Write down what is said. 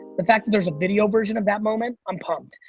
the fact that there's a video version of that moment, i'm pumped.